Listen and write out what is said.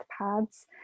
pads